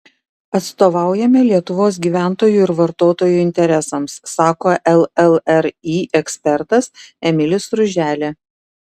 atstovaujame lietuvos gyventojų ir vartotojų interesams sako llri ekspertas emilis ruželė